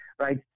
right